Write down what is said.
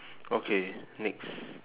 okay next